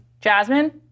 Jasmine